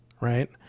right